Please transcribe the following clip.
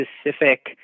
specific